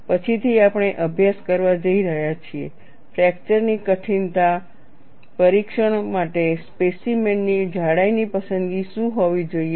પછીથી આપણે અભ્યાસ કરવા જઈ રહ્યા છીએ ફ્રેકચરની કઠિનતા પરીક્ષણ માટે સ્પેસીમેન ની જાડાઈની પસંદગી શું હોવી જોઈએ